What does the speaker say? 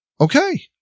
Okay